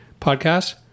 podcast